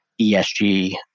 ESG